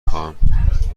خواهم